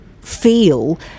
feel